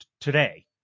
today